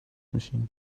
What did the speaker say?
machine